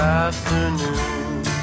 afternoon